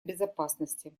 безопасности